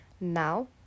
now